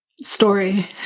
Story